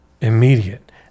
immediate